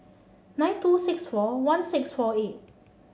nine two six four one six four eight